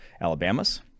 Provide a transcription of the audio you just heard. Alabama's